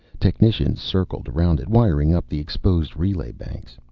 technicians circled around it, wiring up the exposed relay banks.